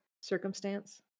circumstance